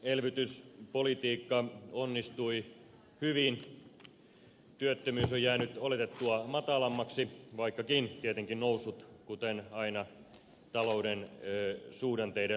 elvytyspolitiikka onnistui hyvin työttömyys on jäänyt oletettua matalammaksi vaikkakin tietenkin noussut kuten aina talouden suhdanteiden laskiessa